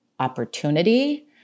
opportunity